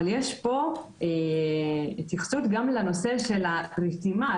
אבל יש פה התייחסות גם לנושא של הרתימה,